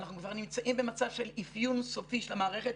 אנחנו כבר נמצאים במצב של אפיון סופי של המערכת.